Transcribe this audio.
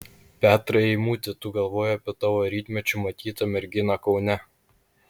petrai eimuti tu galvoji apie tavo rytmečiu matytą merginą kaune